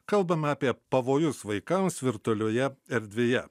kalbame apie pavojus vaikams virtualioje erdvėje